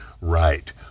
right